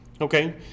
Okay